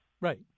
Right